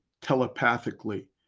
telepathically